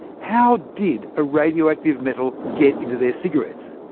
how did a radioactive metal get into their cigarettes?